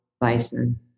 bison